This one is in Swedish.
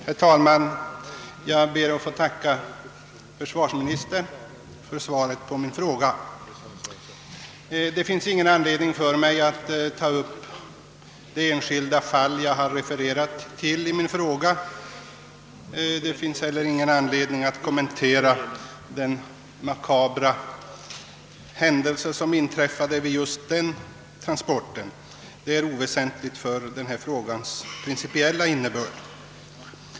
Herr talman! Jag ber att få tacka försvarsministern för svaret på min fråga. Det finns ingen anledning för mig att nu ta upp det enskilda fall jag refererat. Det finns heller ingen anledning att kommentera den makabra händelse som inträffade vid ifrågavarande trans port —- detta är oväsentligt för den principiella bedömningen.